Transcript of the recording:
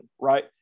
right